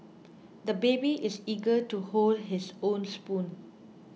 the baby is eager to hold his own spoon